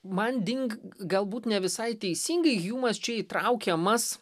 manding galbūt ne visai teisingai hjumas čia įtraukiamas